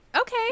okay